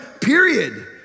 period